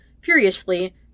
Furiously